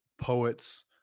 poets